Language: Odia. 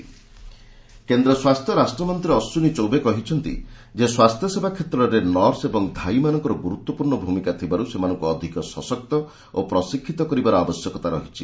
ହେଲ୍ଥ ବ୍ରିକ୍ସ କେନ୍ଦ୍ର ସ୍ୱାସ୍ଥ୍ୟ ରାଷ୍ଟ୍ରମନ୍ତ୍ରୀ ଅଶ୍ଚିନୀ ଚୌବେ କହିଛନ୍ତି ଯେ ସ୍ୱାସ୍ଥ୍ୟସେବା କ୍ଷେତ୍ରରେ ନର୍ସ ଓ ଧାଇମାନଙ୍କର ଗୁରୁତ୍ୱପୂର୍ଣ୍ଣ ଭୂମିକା ଥିବାରୁ ସେମାନଙ୍କୁ ଅଧିକ ସଶକ୍ତ ଓ ପ୍ରଶିକ୍ଷିତ କରିବାର ଆବଶ୍ୟକତା ରହିଛି